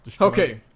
Okay